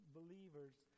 believers